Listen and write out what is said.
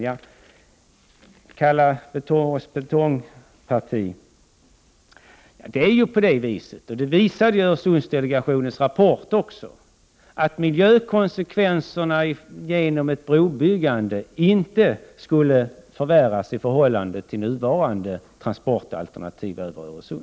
Hon kallade socialdemokraterna ett betongparti. Det är så, som också Öresundsdelegationens rapport visade, att miljökonsekvenserna av ett brobygge inte skulle förvärras i förhållande till nuvarande transportalternativ.